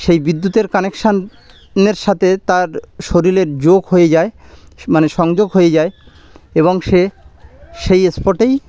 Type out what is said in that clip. সেই বিদ্যুতের কানেকশনের সাথে তার শরীরের যোগ হয়ে যায় মানে সংযোগ হয়ে যায় এবং সে সেই স্পটেই